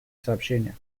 сообщение